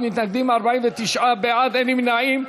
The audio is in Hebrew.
61 מתנגדים, 49 בעד, אין נמנעים.